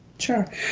Sure